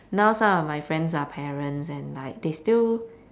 now some my friends are parents and like they still